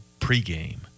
pregame